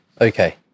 Okay